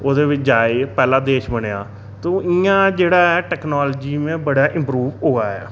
ओह्दे बिच्च जाइयै पैहला देश बनेआ ते इ'यां जेह्ड़ा ऐ टेकनालजी में बड़ा इम्प्रूव होआ ऐ